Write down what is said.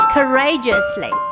Courageously